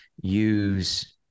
use